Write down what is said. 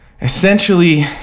Essentially